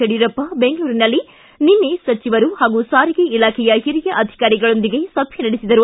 ಯಡಿಯೂರಪ್ಪ ಬೆಂಗಳೂರಿನಲ್ಲಿ ನಿನ್ನೆ ಸಚಿವರು ಹಾಗೂ ಸಾರಿಗೆ ಇಲಾಖೆಯ ಹಿರಿಯ ಅಧಿಕಾರಿಗಳೊಂದಿಗೆ ಸಭೆ ನಡೆಸಿದರು